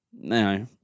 no